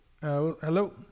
Hello